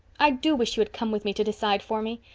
i do wish you had come with me to decide for me.